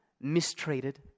mistreated